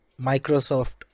Microsoft